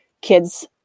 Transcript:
Kids